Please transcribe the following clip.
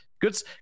good